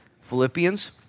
Philippians